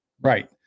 Right